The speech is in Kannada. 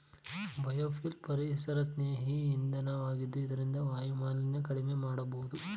ಬಯೋಫಿಲ್ ಪರಿಸರಸ್ನೇಹಿ ಇಂಧನ ವಾಗಿದ್ದು ಇದರಿಂದ ವಾಯುಮಾಲಿನ್ಯ ಕಡಿಮೆ ಮಾಡಬೋದು